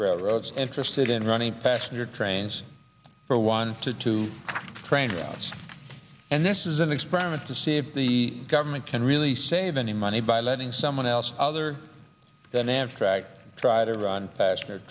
railroads interested in running passenger trains for one to two train routes and this is an experiment to see if the government can really save any money by letting someone else other than amtrak try to run past